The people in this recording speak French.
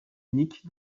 unique